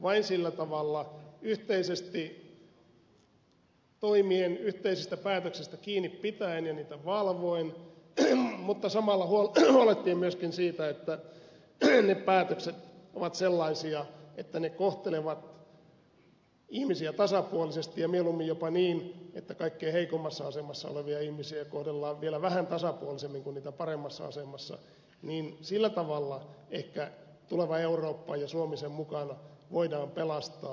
vain sillä tavalla yhteisesti toimien ja yhteisistä päätöksistä kiinni pitäen ja niitä valvoen mutta samalla huolehtien myöskin siitä että ne päätökset ovat sellaisia että ne kohtelevat ihmisiä tasapuolisesti ja mieluummin jopa niin että kaikkein heikoimmassa asemassa olevia ihmisiä kohdellaan vielä vähän tasapuolisemmin kuin paremmassa asemassa olevia vain sillä tavalla ehkä tuleva eurooppa ja suomi sen mukana voidaan pelastaa